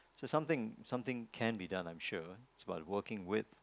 so something something can be done I'm sure it's about the working with